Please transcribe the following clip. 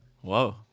whoa